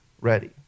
ready